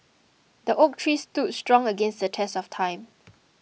the oak tree stood strong against the test of time